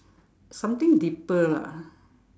something deeper lah